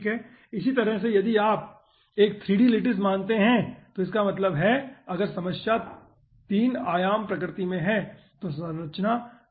इसी तरह से यदि इसे आप एक 3d लैटिस में मानते है तो इसका मतलब है कि अगर समस्या 3 आयाम प्रकृति में है तो संरचना D3Q19 होगी